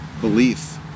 belief